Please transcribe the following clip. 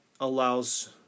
allows